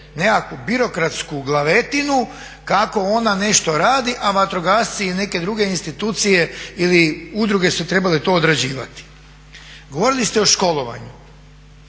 nekakvu birokratsku glavetinu kako ona nešto radi, a vatrogasci i neke druge institucije ili udruge su trebale to odrađivati. Govorili ste o školovanju.